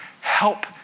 help